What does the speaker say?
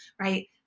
right